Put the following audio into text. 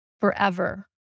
forever